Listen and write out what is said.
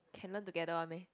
can learn together one meh